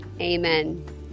Amen